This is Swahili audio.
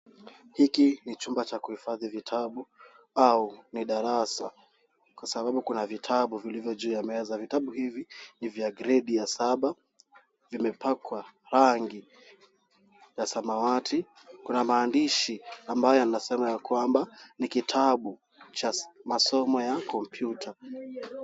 Hiki ni chumba cha kuhifadhi vitabu au ni darasa kwa sababu kuna vitabu vilivyo juu ya meza. Vitabu hivi ni vya gredi ya saba, vimepakwa rangi ya samawati, kuna maandishi ambayo yanasema ya kwamba ni kitabu cha masomo ya kompyuta.